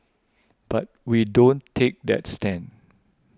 but we don't take that stand